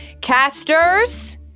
casters